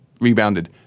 rebounded